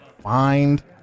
find